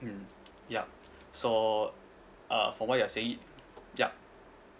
yup so uh from what you're saying yup